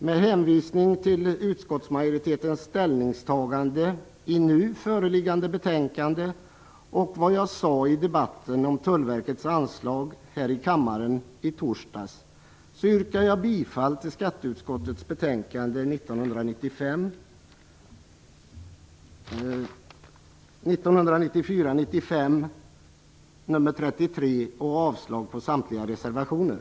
Med hänvisning till utskottsmajoritetens ställningstagande i nu föreliggande betänkande och vad jag sade i debatten om Tullverkets anslag här i kammaren i torsdags yrkar jag bifall till utskottets hemställan i skatteutskottets betänkande 1994/95:SkU33